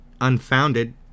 unfounded